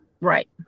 Right